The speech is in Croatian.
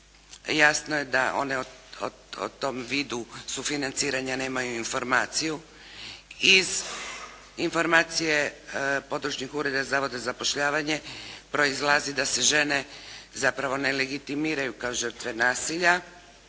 jasno je da one o tom vidu sufinanciranja nemaju informaciju. Iz informacije područnih ureda iz zavoda za zapošljavanje proizlazi da se žena zapravo ne legitimiraju kao žrtve nasilja,